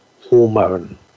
hormone